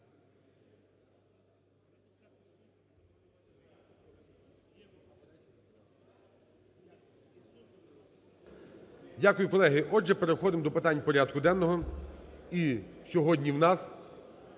Дякую, колеги. Отже, переходимо до питань порядку денного.